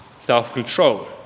self-control